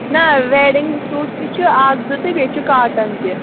نہ wedding suit تہِ چھُ اکھ زٕ تہٕ بیٚیہِ چھُ کاٹَن تہِ